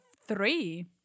three